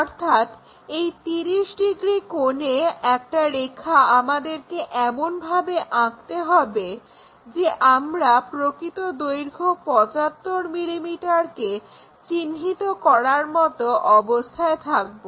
অর্থাৎ এই 30 ডিগ্রি কোণে একটা রেখা আমাদেরকে এমনভাবে আঁকতে হবে যে আমরা প্রকৃত দৈর্ঘ্য 75 mm কে চিহ্নিত করার মতো অবস্থায় থাকবো